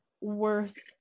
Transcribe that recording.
worth